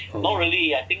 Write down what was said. alright